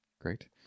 Great